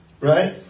Right